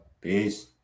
Peace